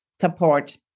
support